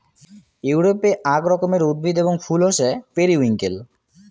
ইউরোপে আক রকমের উদ্ভিদ এবং ফুল হসে পেরিউইঙ্কেল